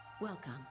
welcome